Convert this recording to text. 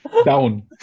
down